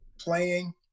playing